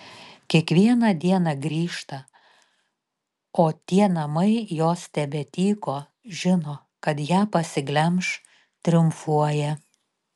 kiekvieną dieną grįžta o tie namai jos tebetyko žino kad ją pasiglemš triumfuoja